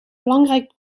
belangrijk